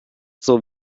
zur